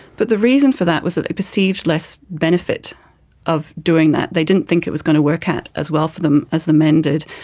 but the reason for that was that they perceived less benefit of doing that. they didn't think it was going to work out as well for them as the men did,